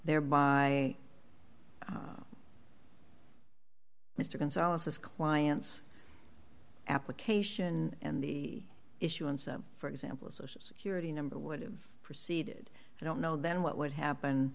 there by mr gonzales his client's application and the issuance of for example a social security number would have proceeded i don't know then what would happen